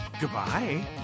Goodbye